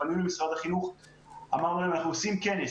פנינו למשרד החינוך ואמרנו להם שאנחנו עושים כנס